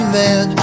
man